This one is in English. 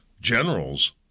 generals